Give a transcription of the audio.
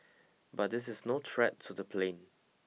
but this is no threat to the plane